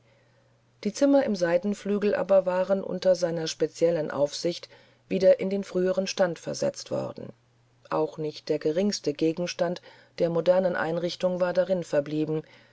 die zimmer im seitenflügel aber waren unter seiner speziellen aufsicht wieder in den früheren stand versetzt worden auch nicht der geringste gegenstand der modernen einrichtung war darin verblieben